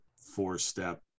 four-step